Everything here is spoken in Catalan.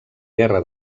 guerra